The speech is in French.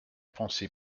pensées